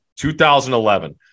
2011